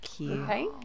okay